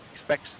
expects